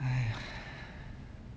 !hais!